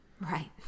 Right